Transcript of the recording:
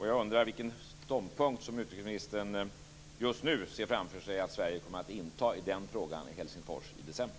Jag undrar vilken ståndpunkt som utrikesministern just nu ser framför sig att Sverige kommer att inta i den frågan i Helsingfors i december.